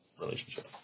relationship